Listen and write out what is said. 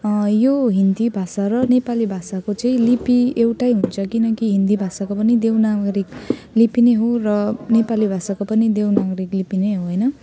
यो हिन्दी भाषा र नेपाली भाषाको चाहिँ लिपि एउटै हुन्छ किनकि हिन्दी भाषाको पनि देवनागरी लिपि नै हो र नेपाली भाषाको पनि देवनागरी लिपि नै हो होइन